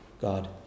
God